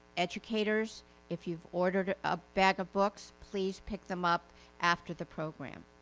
educators if you've ordered a bag of books please pick them up after the program.